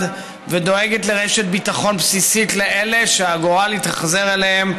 ודואגת לרשת ביטחון בסיסית לאלה שהגורל התאכזר אליהם,